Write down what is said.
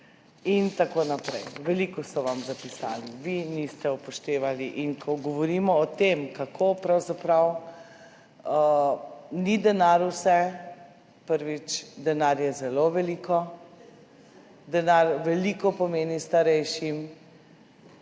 in tako naprej. Veliko so vam zapisali, vi niste upoštevali. Ko govorimo o tem, kako pravzaprav denar ni vse, prvič, denar je zelo veliko. Denar veliko pomeni starejšim,